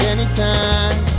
Anytime